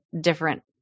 different